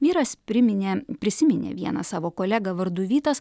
vyras priminė prisiminė vieną savo kolegą vardu vytas